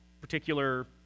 particular